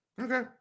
Okay